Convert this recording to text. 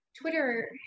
Twitter